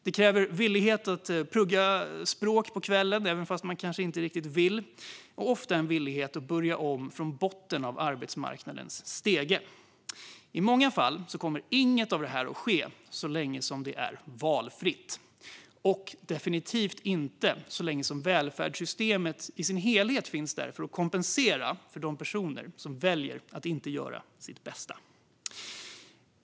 Det kräver också en villighet att plugga språk på kvällen, även om man inte känner för det, och ofta en villighet att börja om från botten av arbetsmarknadens stege. I många fall kommer inget av detta att ske så länge det är valfritt, och definitivt inte så länge välfärdssystemet i dess helhet finns till för att kompensera de personer som väljer att inte göra sitt bästa.